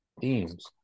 themes